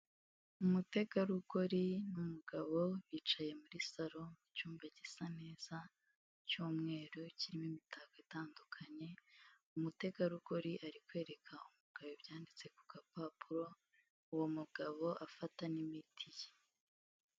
Umutegarugori, umugabo bicaye muri saro, mu cyumba gisa neza cy'umweru kirimo imitako itandukanye, umutegarugori ari kwereka umugabo ibyanditse ku gapapuro, uwo mugabo afata n'imiti ye.